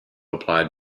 applied